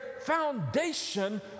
foundation